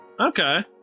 Okay